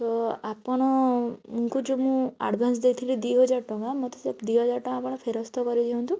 ତୋ ଆପଣଙ୍କୁ ଯେଉଁ ମୁଁ ଆଡ଼ଭାନ୍ସ ଦେଇଥିଲି ଦୁଇ ହଜାର ଟଙ୍କା ମତେ ସେଇ ଦୁଇ ହଜାର ଟଙ୍କା ଆପଣ ଫେରସ୍ତ କରିଦିଅନ୍ତୁ